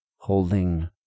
holding